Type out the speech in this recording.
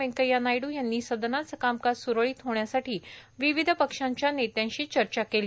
व्येंकय्या नायडू यांनी सदनाचं कामकाज सुरळीत होण्यासाठी विविध पक्षांच्या नेत्यांशी चर्चा केली